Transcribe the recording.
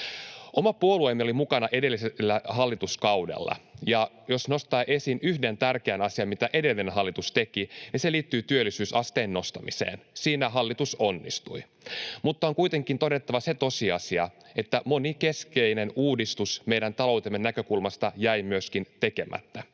Oma puolueemme oli mukana edellisellä hallituskaudella, ja jos nostaa esiin yhden tärkeän asian, minkä edellinen hallitus teki, niin se liittyy työllisyysasteen nostamiseen. Siinä hallitus onnistui, mutta on kuitenkin todettava se tosiasia, että moni keskeinen uudistus meidän taloutemme näkökulmasta jäi myöskin tekemättä.